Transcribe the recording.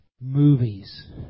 movies